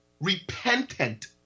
repentant